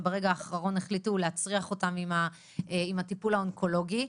וברגע האחרון החליטו להצריח אותן עם הטיפול האונקולוגי,